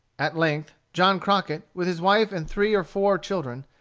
at length, john crockett, with his wife and three or four children,